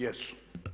Jesu.